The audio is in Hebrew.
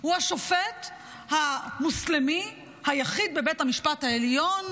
הוא השופט המוסלמי היחיד בבית המשפט העליון,